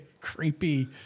Creepy